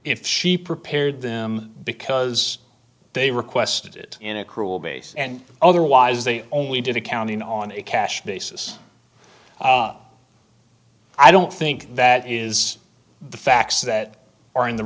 if she prepared them because they requested it in accrual basis and otherwise they only did accounting on a cash basis i don't think that is the facts that are in the